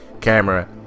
camera